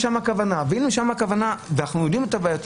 אם אנחנו יודעים מה הבעיות,